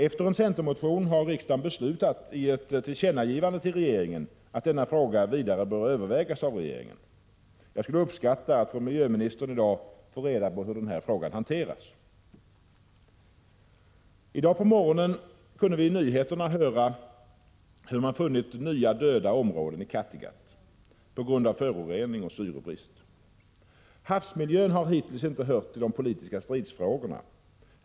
Efter en centermotion har riksdagen beslutat och i ett tillkännagivande till regeringen uttalat att denna fråga skall vidare övervägas av regeringen. Jag skulle uppskatta att från miljöministern i dag få reda på hur denna fråga hanterats. I dag på morgonen kunde vi i nyheterna höra att man funnit nya döda områden i Kattegatt, döda på grund av föroreningar och syrebrist. Havsmiljön har hittills inte hört till de politiska stridsfrågorna.